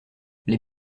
les